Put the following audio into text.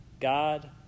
God